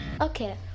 Okay